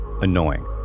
annoying